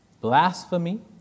Blasphemy